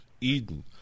Eden